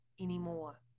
anymore